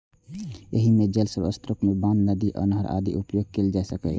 एहि मे जल स्रोतक रूप मे बांध, नदी, नहर आदिक उपयोग कैल जा सकैए